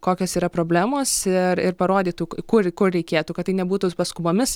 kokios yra problemos ir ir parodytų kur ko reikėtų kad tai nebūtų paskubomis